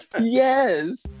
Yes